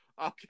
okay